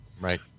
right